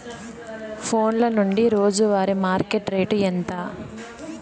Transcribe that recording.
ఫోన్ల నుండి రోజు వారి మార్కెట్ రేటు ఎంత?